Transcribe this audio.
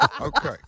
Okay